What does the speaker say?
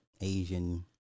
Asian